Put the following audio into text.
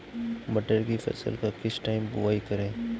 मटर की फसल का किस टाइम बुवाई करें?